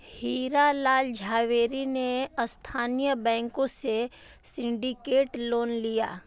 हीरा लाल झावेरी ने स्थानीय बैंकों से सिंडिकेट लोन लिया